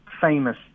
famous